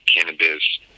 cannabis